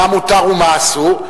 מה מותר ומה אסור,